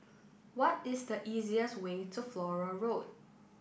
what is the easiest way to Flora Road